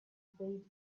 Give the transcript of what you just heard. bade